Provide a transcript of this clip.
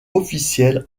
officielle